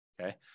Okay